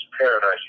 paradise